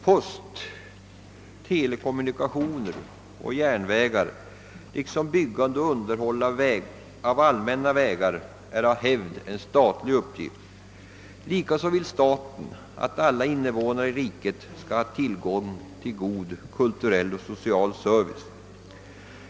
Post, telekommunikationer och järnvägar liksom byggande och underhåll av allmänna vägar är av hävd en statlig uppgift. Likaså vill staten att alla invånare i riket skall ha tillgång till god kulturell och social service.